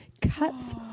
cuts